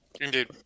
Indeed